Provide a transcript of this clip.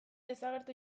desagertu